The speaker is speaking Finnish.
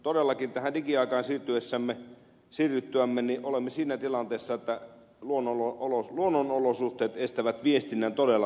todellakin tähän digiaikaan siirryttyämme olemme siinä tilanteessa että luonnonolosuhteet estävät viestinnän todella tehokkaasti